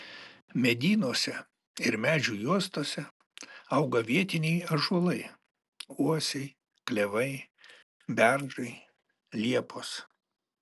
medynuose ir medžių juostose auga vietiniai ąžuolai uosiai klevai beržai liepos